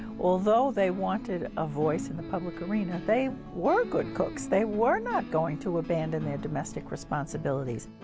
although they wanted a voice in the public arena, they were good cooks. they were not going to abandon their domestic responsibilities.